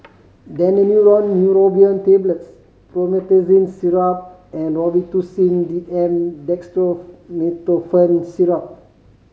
Daneuron Neurobion Tablets Promethazine Syrup and Robitussin D M Syrup